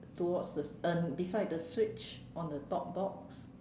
towards the uh beside the switch on the top box